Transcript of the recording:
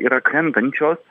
yra krentančios